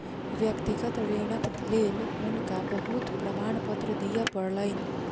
व्यक्तिगत ऋणक लेल हुनका बहुत प्रमाणपत्र दिअ पड़लैन